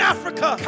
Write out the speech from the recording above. Africa